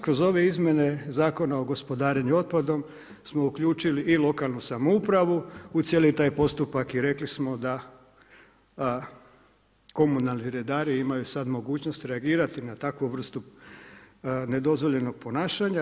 Kroz ove izmjene Zakona o gospodarenju otpadom smo uključili i lokalnu samoupravu u cijeli taj postupak i rekli smo da komunalni redari imaju sada mogućnost reagirati na takvu vrstu nedozvoljenog ponašanja.